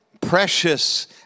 precious